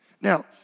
Now